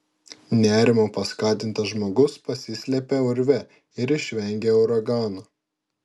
nerimo paskatintas žmogus pasislepia urve ir išvengia uragano